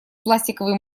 пластиковые